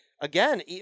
again